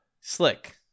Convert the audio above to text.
slick